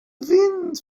wind